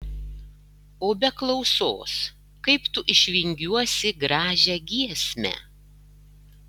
o be klausos kaip tu išvingiuosi gražią giesmę